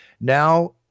Now